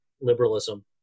liberalism